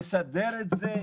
לסדר את זה,